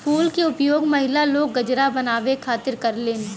फूल के उपयोग महिला लोग गजरा बनावे खातिर करलीन